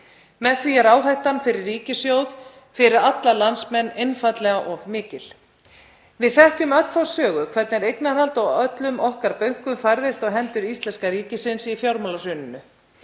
Með því er áhættan fyrir ríkissjóð fyrir alla landsmenn einfaldlega of mikil. Við þekkjum öll þá sögu hvernig eignarhald á öllum okkar bönkum færðist á hendur íslenska ríkisins í fjármálahruninu.